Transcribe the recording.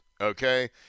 okay